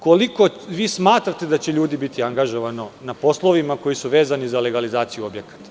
Koliko vi smatrate da će ljudi biti angažovano na poslovima koji su vezani za legalizaciju objekata?